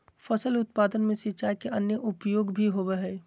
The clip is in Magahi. फसल उत्पादन में सिंचाई के अन्य उपयोग भी होबय हइ